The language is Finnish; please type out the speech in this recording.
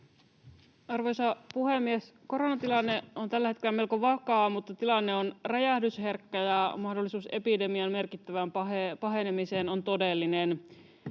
Arvoisa puhemies! Koronatilanne on tällä hetkellä melko vakaa, mutta tilanne on räjähdysherkkä, ja mahdollisuus epidemian merkittävään pahenemiseen on todellinen.